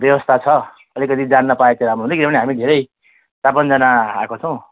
व्यवस्था छ अलिकति जान्न पाए त राम्रो हुने किनभने हामी धेरै चार पाँचजना आएको छौँ